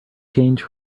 change